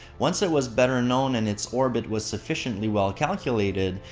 once it was better known and its orbit was sufficiently well-calculated,